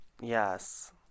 yes